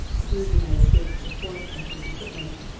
due united states for horse and horse equipments,